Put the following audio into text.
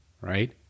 Right